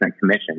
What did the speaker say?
commission